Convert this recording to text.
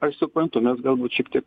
aš suprantu mes galbūt šiek tiek